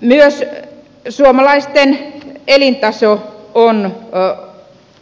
myös suomalaisten elintaso on